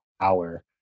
hour